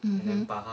mmhmm